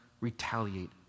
retaliate